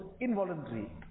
involuntary